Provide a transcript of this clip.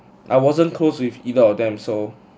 I wasn't close with either of them so